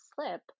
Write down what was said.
slip